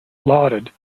lauded